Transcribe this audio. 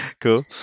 cool